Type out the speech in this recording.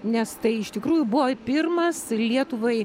nes tai iš tikrųjų buvo pirmas lietuvai